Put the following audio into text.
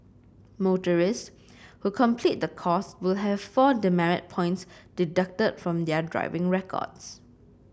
motorists who complete the course will have four demerit points deducted from their driving records